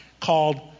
called